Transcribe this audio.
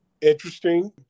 interesting